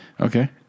Okay